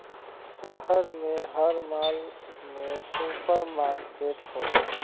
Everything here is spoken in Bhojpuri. शहर में हर माल में सुपर मार्किट होला